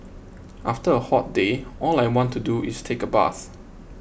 after a hot day all I want to do is take a bath